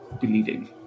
deleting